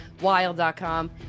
wild.com